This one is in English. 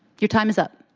your time is up.